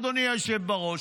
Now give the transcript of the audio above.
אדוני היושב בראש.